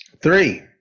Three